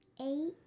eight